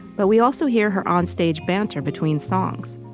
but we also hear her onstage banter between songs.